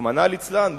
רחמנא ליצלן,